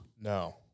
No